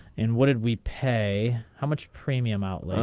and what did we pay how much premium outlets.